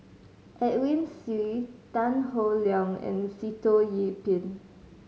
Edwin Siew Tan Howe Liang and Sitoh Yih Pin